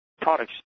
products